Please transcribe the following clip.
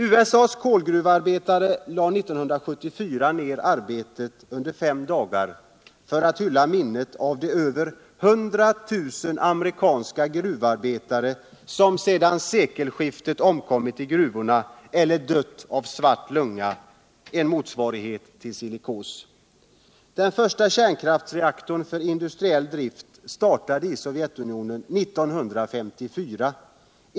USA:s kolgruvearbetare lade 1974 ner arbetet under fem dagar för att hylla minnet av de över 100 000 amerikanska gruvarbetare som sedan sekelskiftet omkommit i gruvorna eller dött av ”svart lunga”, en motsva Energiforskning, Den första kärnkraftsreaktorn för industriell drift startade i Sovjetunionen 1954.